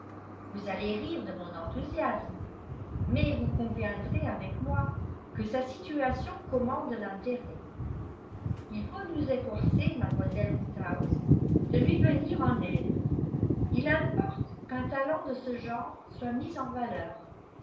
vous allez rire de mon enthousiasme mais vous conviendrez avec moi que sa situation commande l'intérêt il faut nous efforcer mademoiselle woodhouse de lui venir en aide il importe qu'un talent de ce genre soit mis en valeur